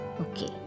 Okay